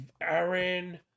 Aaron